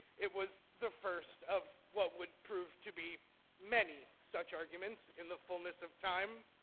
it was the first of what would prove to be many such arguments in the fullness of time.